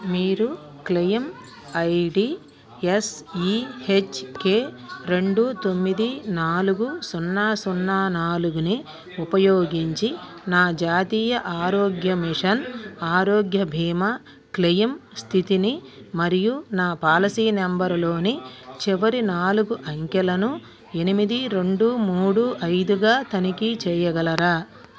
మీరు claim ID SEHK రెండు తొమ్మిది నాలుగు సున్నా సున్నా నాలుగుని ఉపయోగించి నా జాతీయ ఆరోగ్య మిషన్ ఆరోగ్య భీమా క్లెయిమ్ స్థితిని మరియు నా పాలసీ నంబరులోని చివరి నాలుగు అంకెలను ఎనిమిది రెండు మూడు ఐదుగా తనిఖీ చేయగలరా